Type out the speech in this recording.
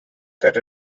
that